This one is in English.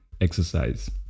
exercise